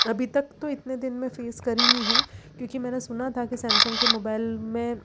अभी तक तो इतने दिन में फेस करी नहीं है क्योंकि मैंने सुना था कि सैमसंग के मोबाइल में